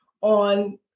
on